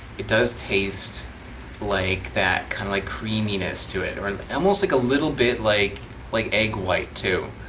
it does tastes like that kind of like creaminess to it or and almost like a little bit like like egg white too.